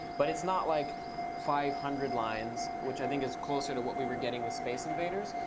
but it's not like five hundred lines, which i think is closer to what we were getting with space invaders.